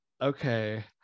okay